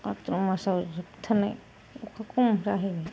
भाद्र' मासाव जोबथारनाय अखा खम जहैयो